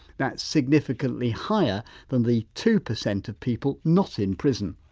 that's significantly higher than the two percent of people not in prison.